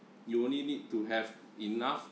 you only need to have enough